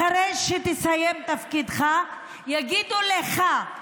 ואחרי שתסיים את תפקידך יגידו לך: